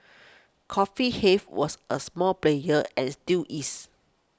Coffee Hive was a small player and still is